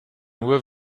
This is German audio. nur